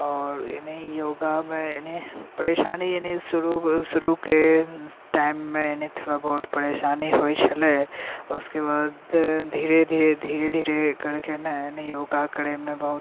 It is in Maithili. आओर योगमे परेशानी शुरूके टाइममे थोड़ा बहुत परेशानी होइत छलै उसके बाद धीरे धीरे करिके ने योग करैमे बहुत